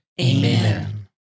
Amen